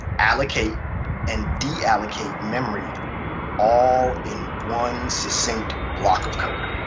allocate and deallocate memory all in one succinct block of code.